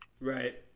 Right